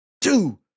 two